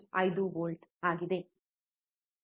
5 volt ಆಗಿದೆ